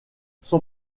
son